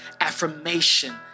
affirmation